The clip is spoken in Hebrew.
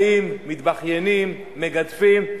באים, מתבכיינים, מגדפים.